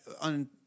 on